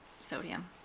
sodium